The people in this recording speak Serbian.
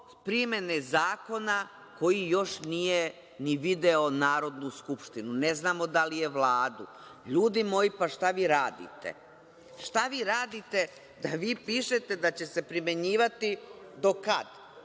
primene zakona koji još nije i video Narodnu skupštinu. Ne znamo da li je Vladu. LJudi moji, pa šta vi radite? Šta vi radite da pišete da će se primenjivati, do kada?